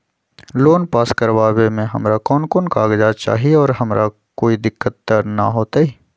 Loan pass करवावे में हमरा कौन कौन कागजात चाही और हमरा कोई दिक्कत त ना होतई?